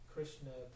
Krishna